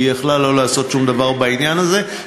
כי היא יכלה לא לעשות שום דבר בעניין הזה,